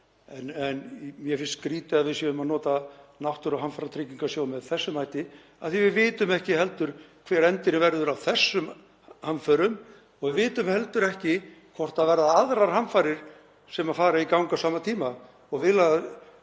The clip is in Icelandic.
En mér finnst skrýtið að við séum að nota náttúruhamfaratryggingarsjóð með þessum hætti af því að við vitum ekki heldur hver endirinn verður á þessum hamförum og við vitum heldur ekki hvort það verða aðrar hamfarir sem fara í gang á sama tíma. Það